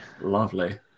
lovely